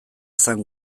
zen